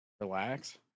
relax